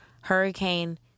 Hurricane